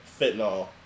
fentanyl